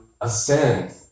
ascend